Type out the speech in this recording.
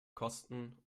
kosten